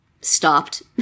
stopped